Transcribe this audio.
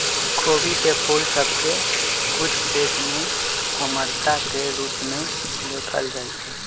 खोबी के फूल सभ के कुछ देश में अमरता के रूप में देखल जाइ छइ